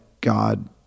God